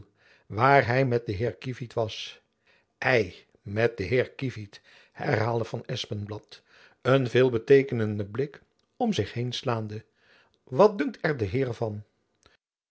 waar hy met den heer kievit was ei met den heer kievit herhaalde van espenblad een veelbeteekenenden blik om zich heen slaande wat dunkt er den heeren van